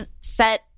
set